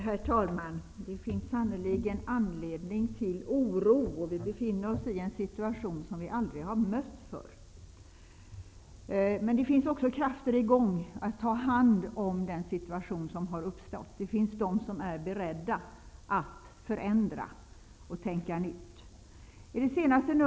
Herr talman! Det finns sannerligen anledning till oro. Vi befinner oss i en situation som vi aldrig har mött tidigare. Det finns emellertid krafter som är i gång för att ta hand om den situation som har uppstått. Det finns sådana som är beredda att förändra och tänka nytt.